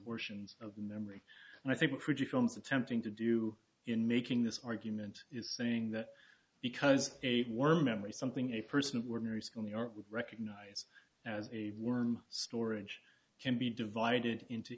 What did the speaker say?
portions of memory and i think pretty films attempting to do in making this argument is saying that because they were memory something a person of ordinary skill new york would recognize as a worm storage can be divided into